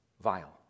vile